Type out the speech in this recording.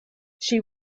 she